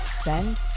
send